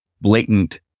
blatant